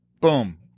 Boom